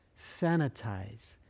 sanitize